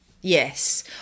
Yes